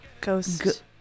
Ghost